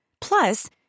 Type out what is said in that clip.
Plus